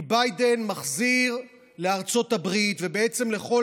כי ביידן מחזיר לארצות הברית ובעצם לכל